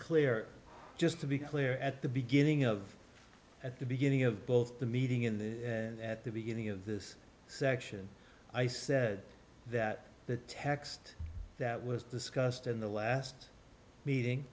clear just to be clear at the beginning of at the beginning of both the meeting in the at the beginning of this section i said that the text that was discussed in the last meeting